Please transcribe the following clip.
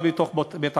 ב-2003.